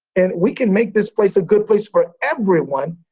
and we can make this place a good place for everyone,